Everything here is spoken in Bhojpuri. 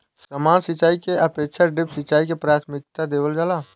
सामान्य सिंचाई के अपेक्षा ड्रिप सिंचाई के प्राथमिकता देवल जाला